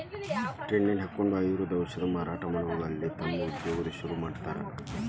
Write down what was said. tent ಹಕ್ಕೊಂಡ್ ಆಯುರ್ವೇದ ಔಷಧ ಮಾರಾಟಾ ಮಾಡ್ಕೊತ ಅಲ್ಲಲ್ಲೇ ತಮ್ದ ಉದ್ಯೋಗಾ ಶುರುರುಮಾಡ್ಕೊಂಡಾರ್